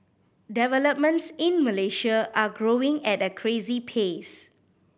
developments in Malaysia are growing at a crazy pace